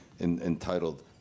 entitled